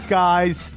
guys